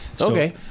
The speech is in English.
Okay